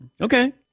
Okay